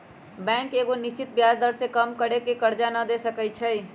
bank एगो निश्चित ब्याज दर से कम पर केकरो करजा न दे सकै छइ